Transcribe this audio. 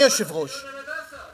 זומן דיון על "הדסה",